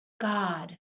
God